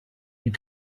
you